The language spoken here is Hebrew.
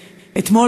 אתמול,